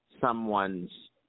someone's